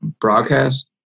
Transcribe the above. broadcast